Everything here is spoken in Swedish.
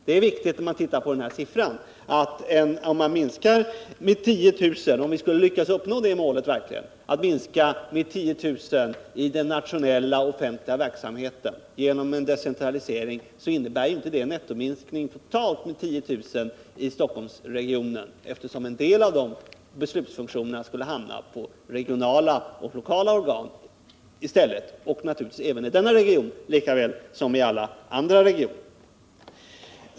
Det är viktigt, när man ser på denna siffra, att hålla i minnet att om man verkligen skulle uppnå målet att åstadkomma en minskning med 10 000 i den nationella offentliga verksamheten genom en decentralisering, så innebär inte det en nettominskning totalt med 10 000 i Stockholmsregionen, eftersom en del av beslutsfunktionerna skulle hamna på regionala och lokala organ i stället, och naturligtvis i denna region lika väl som i andra regioner.